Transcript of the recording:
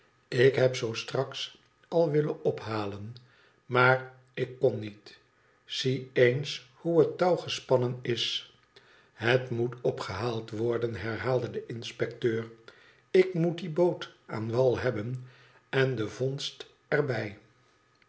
ik heb zoo straks al willen ophalen maar ik kon niet zie eens hoe het touw gespannen is het moet opgehaald worden herhaalde de inspecteur ik moet die boot aan wal hebben en i de vondst er